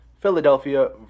Philadelphia